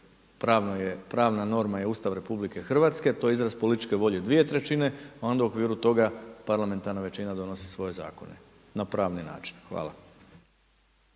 pravna norma je Ustav RH, to je izraz političke volje 2/3 a onda u okviru toga parlamentarna većina donosi svoje zakone na pravni način. Hvala.